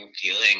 feeling